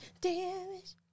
damaged